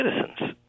citizens